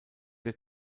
der